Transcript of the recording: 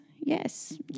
Yes